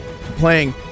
Playing